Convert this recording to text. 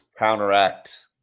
counteract